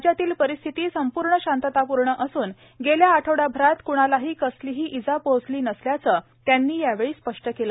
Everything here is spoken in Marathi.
राज्यातील परिस्थिती संपूर्ण शांततापूर्ण असून गेल्या आठवडाभरात कुणालाही कसलीही इजा पोहोचली नसल्याचं त्यांनी यावेळी स्पष्ट केलं